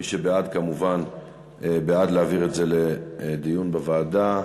מי שבעד כמובן בעד להעביר את זה לדיון בוועדה.